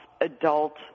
adult